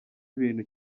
ibintu